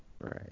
Right